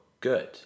good